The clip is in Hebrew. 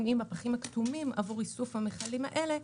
עם הפחים הכתומים עבור איסוף המכלים האלה,